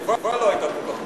התשובה לא הייתה כל כך ברורה.